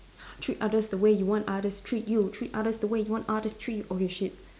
treat others the way you want others to treat you treat others the way you want others treat okay shit